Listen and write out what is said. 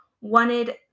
wanted